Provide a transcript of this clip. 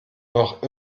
noch